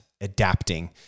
adapting